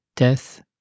death